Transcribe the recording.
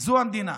זה המדינה.